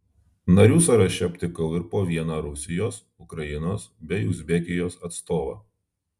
narių sąraše aptikau ir po vieną rusijos ukrainos bei uzbekijos atstovą